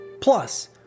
Plus